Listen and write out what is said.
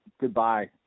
goodbye